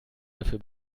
dafür